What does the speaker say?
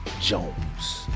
Jones